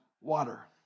water